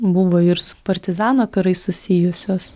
buvo ir su partizano karais susijusios